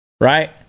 Right